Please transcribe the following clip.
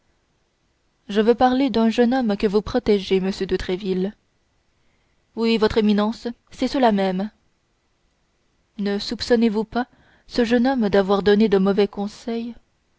je veux parler d'un jeune homme que vous protégez monsieur de tréville oui votre éminence c'est cela même ne soupçonnez vous pas ce jeune homme d'avoir donné de mauvais conseils